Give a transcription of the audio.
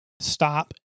stop